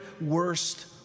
worst